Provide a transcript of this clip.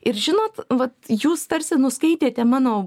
ir žinot vat jūs tarsi nuskaitėte mano